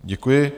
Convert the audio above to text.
Děkuji.